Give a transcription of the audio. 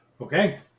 Okay